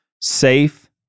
Safe